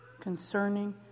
concerning